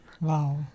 Wow